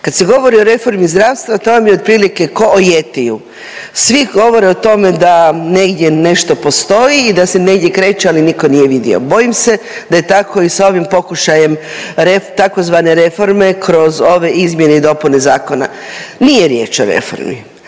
Kad se govori o reformi zdravstva to vam je otprilike ko o Jetiju. Svi govore o tome da negdje nešto postoji i da se negdje kreće, ali nitko nije vidio. Bojim se da je tako i sa ovim pokušajem tzv. reforme kroz ove izmjene i dopune zakona. Nije riječ o reformi,